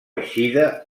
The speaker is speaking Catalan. eixida